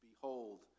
Behold